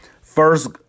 first